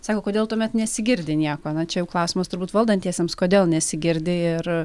sako kodėl tuomet nesigirdi nieko na čia jau klausimas turbūt valdantiesiems kodėl nesigirdi ir